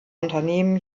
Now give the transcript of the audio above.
unternehmen